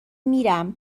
میرم